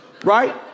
Right